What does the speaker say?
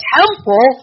temple